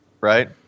right